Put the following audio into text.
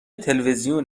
تلویزیون